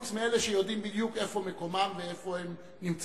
חוץ מאלה שיודעים בדיוק איפה מקומם ואיפה הם נמצאים,